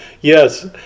yes